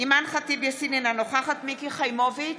אימאן ח'טיב יאסין, אינה נוכחת מיקי חיימוביץ'